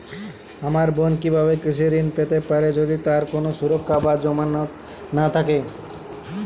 আমার বোন কীভাবে কৃষি ঋণ পেতে পারে যদি তার কোনো সুরক্ষা বা জামানত না থাকে?